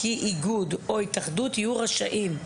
כי איגוד או התאחדות יהיו רשאים".